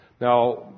Now